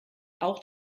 auch